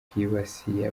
bwibasiye